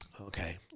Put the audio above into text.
Okay